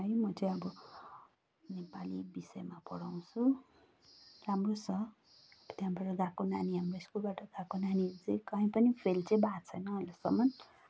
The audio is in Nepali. है म चाहिँ अब नेपाली विषयमा पढाउँछु राम्रो छ त्यहाँबाट गएको नानी हाम्रो स्कुलबाट गएको नानीहरू चाहिँ काहीँ पनि फेल चाहिँ भएको छैन अहिलेसम्म